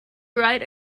write